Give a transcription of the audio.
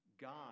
God